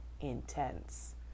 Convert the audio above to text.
intense